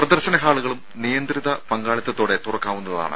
പ്രദർശന ഹാളുകളും നിയന്ത്രിത പങ്കാളിത്തത്തോടെ തുറക്കാവുന്നതാണ്